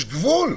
יש גבול.